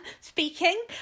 speaking